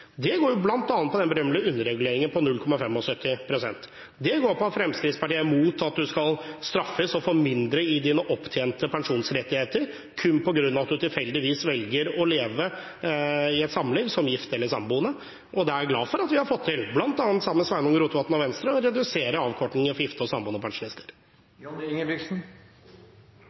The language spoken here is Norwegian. går bl.a. på den berømmelige underreguleringen på 0,75 pst. Det går på at Fremskrittspartiet er imot at man skal straffes og få mindre av sine opptjente pensjonsrettigheter, kun på grunn av at man tilfeldigvis velger å leve i et samliv som gift eller samboende. Da er jeg glad for at vi har fått til, bl.a. sammen med Sveinung Rotevatn og Venstre, å redusere avkortingen for gifte og samboende